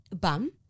bum